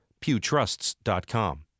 pewtrusts.com